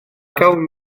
gawn